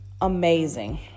amazing